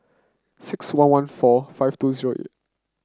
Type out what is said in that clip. six one one four five two zero eight